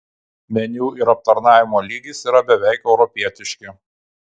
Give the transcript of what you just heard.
meniu ir aptarnavimo lygis yra beveik europietiški